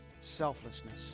selflessness